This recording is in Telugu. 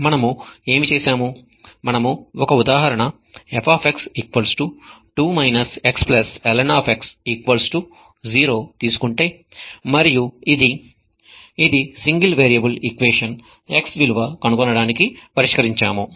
మనము ఏమి చేసాము మనము ఒక ఉదాహరణ f 2 xln 0 తీసుకుంటే మరియు ఇది ఇది సింగిల్ వేరియబుల్ ఈక్వేషన్ x విలువ కనుగొనడానికి పరిష్కరించాము